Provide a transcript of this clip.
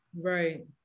Right